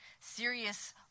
serious